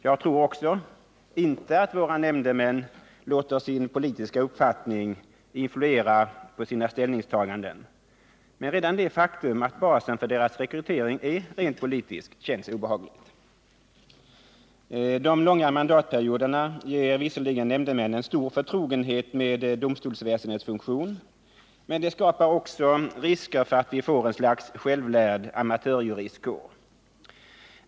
Jag tror inte heller att våra nämndemän låter sina politiska uppfattningar influera sina: ställningstaganden, men redan det faktum att basen för deras rekrytering är rent politisk känns obehagligt. De Nr 33 långa mandatperioderna ger visserligen nämndemännen stor förtrogenhet med domstolsväsendets funktion, men de skapar också risker för att vi får ett slags självlärd amatörjuristkår.